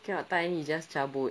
he cannot tahan he just cabut